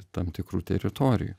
tam tikrų teritorijų